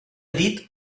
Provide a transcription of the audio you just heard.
dit